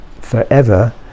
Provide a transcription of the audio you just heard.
forever